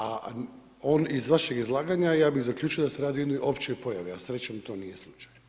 A iz vašeg izlaganja ja bih zaključio da se radi o jednoj općoj pojavi, a srećom to nije slučaj.